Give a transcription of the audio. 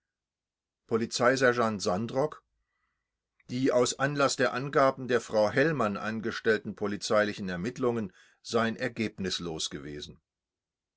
polizeisergeant sandrock die aus anlaß der angaben der frau hellmann angestellten polizeilichen ermittelungen seien ergebnislos gewesen